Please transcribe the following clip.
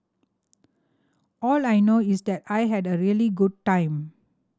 all I know is that I had a really good time